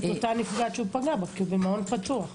את אותה נפגעת שפגע בה כי הוא במעון פתוח.